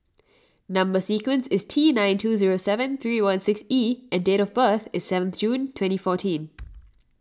Number Sequence is T nine two zero seven three one six E and date of birth is seventh June twenty fourteen